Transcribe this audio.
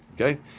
okay